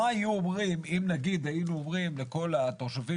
מה היו אומרים אם היינו אומרים לכל התושבים